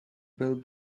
bill